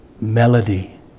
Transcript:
melody